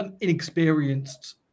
inexperienced